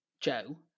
Joe